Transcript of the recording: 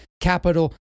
capital